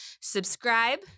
subscribe